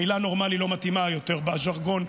המילה "נורמלי" לא מתאימה יותר בז'רגון,